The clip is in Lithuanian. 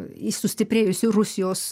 į sustiprėjusi rusijos